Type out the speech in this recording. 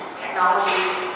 technologies